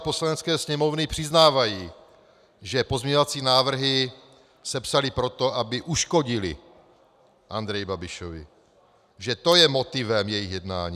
Poslanecké sněmovny přiznávají, že pozměňovací návrhy sepsali proto, aby uškodili Andreji Babišovi, že to je motivem jejich jednání.